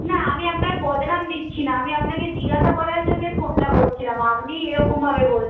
না আমি আপনার বদনাম দিচ্ছি না আমি আপনাকে জিজ্ঞাসা করার জন্যেই ফোনটা করছিলাম আপনিই এরকমভাবে বলছেন